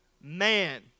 man